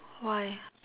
why